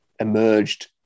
emerged